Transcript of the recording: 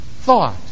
thought